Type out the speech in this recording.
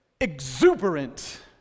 exuberant